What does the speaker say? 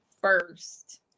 first